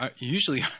usually